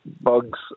bugs